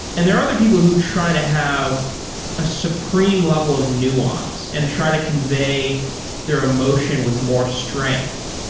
and there are other people who try to have a supreme level of nuance and try to convey their emotion with more strength.